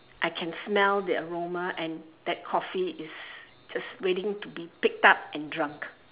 I can smell the aroma and that coffee is just waiting to be picked up and drunk